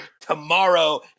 tomorrow